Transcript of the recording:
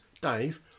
Dave